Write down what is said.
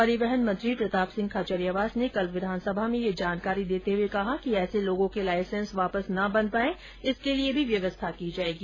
परिवहन मंत्री प्रताप सिंह खाचरियावास ने कल विधानसभा में ये जानकारी देते हुए कहा कि ऐसे लोगों के लाईसेंस बनाना आसान ना हो इसके लिये भी व्यवस्था की जायेगी